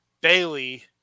Bailey